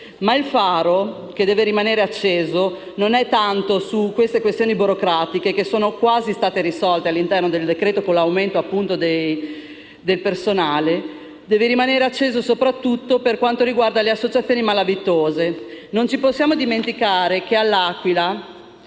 Ma il faro che deve rimanere acceso non è tanto sulle questioni burocratiche, che sono quasi state risolte all'interno del decreto-legge con l'aumento, appunto, del personale: deve rimanere acceso soprattutto per quanto riguarda le associazioni malavitose. Non possiamo dimenticare che a L'Aquila